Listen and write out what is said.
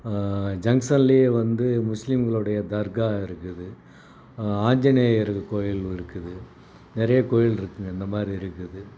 ஜங்க்ஷன்லயே வந்து முஸ்லீம்களுடைய தர்கா இருக்குது ஆஞ்சநேயர் கோயில் இருக்குது நிறைய கோயில் இருக்குதுங்க இந்தமாதிரி இருக்குது